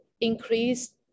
increase